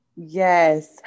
Yes